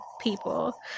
people